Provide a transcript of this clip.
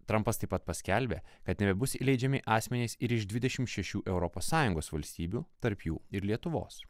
trampas taip pat paskelbė kad nebebus įleidžiami asmenys ir iš dvidešim šešių europos sąjungos valstybių tarp jų ir lietuvos